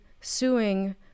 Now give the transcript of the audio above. suing